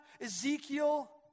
Ezekiel